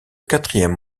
quatrième